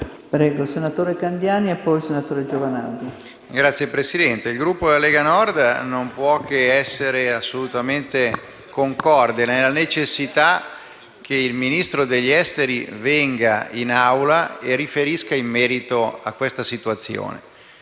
il Gruppo della Lega Nord non può che essere assolutamente concorde sulla necessità che il Ministro degli affari esteri venga in Aula e riferisca in merito a questa situazione.